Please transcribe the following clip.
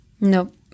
Nope